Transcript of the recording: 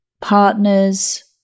partners